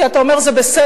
כי אתה אומר: זה בסדר,